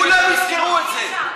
כולם יזכרו את זה.